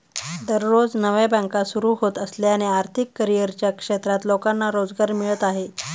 दररोज नव्या बँका सुरू होत असल्याने आर्थिक करिअरच्या क्षेत्रात लोकांना रोजगार मिळत आहे